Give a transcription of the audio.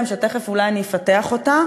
ותכף אולי אני אפתח אותה,